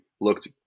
looked